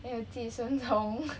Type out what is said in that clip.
then 有寄生虫